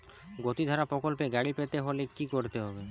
গতিধারা প্রকল্পে গাড়ি পেতে হলে কি করতে হবে?